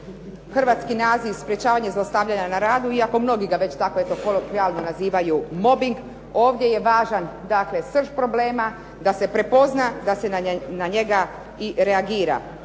hrvatski naziv, sprječavanje zlostavljanja na radu, iako mnogi ga već tako eto, kolokvijalno nazivaju mobing, ovdje je važan dakle srž problem, da se prepozna, da se na njega i reagira.